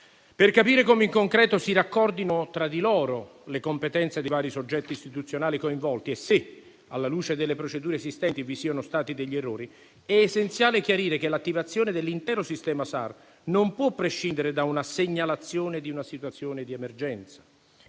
Per capire come in concreto si raccordino tra di loro le competenze dei vari soggetti istituzionali coinvolti e se, alla luce delle procedure esistenti, vi siano stati degli errori, è essenziale chiarire che l'attivazione dell'intero sistema SAR non può prescindere dalla segnalazione di una situazione di emergenza.